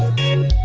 in